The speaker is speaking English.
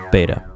Beta